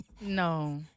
No